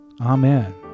Amen